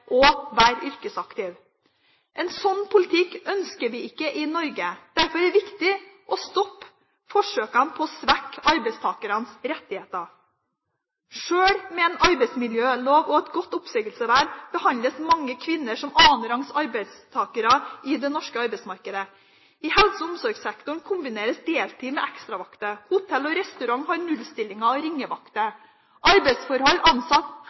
En sånn politikk ønsker vi ikke i Norge. Derfor er det viktig å stoppe forsøkene på å svekke arbeidstakernes rettigheter. Sjøl med en arbeidsmiljølov og godt oppsigelsesvern behandles mange kvinner som annenrangs arbeidstakere i det norske arbeidsmarkedet. I helse- og omsorgssektoren kombineres deltid med ekstravakter. Hotell og restaurantbransjen har nullstillinger og ringevakter. Arbeidsforhold